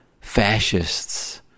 fascists